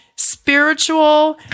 spiritual